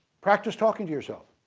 practice talking to yourself.